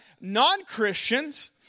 non-Christians